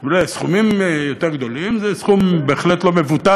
בסכומים יותר גדולים זה סכום בהחלט לא מבוטל.